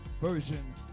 version